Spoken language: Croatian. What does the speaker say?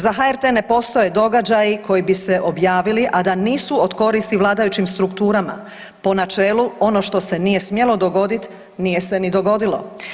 Za HRT ne postoje događaji koji bi se objavili, a da nisu od koristi vladajućim strukturama po načelu ono što se nije smjelo dogoditi nije se ni dogodilo.